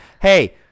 Hey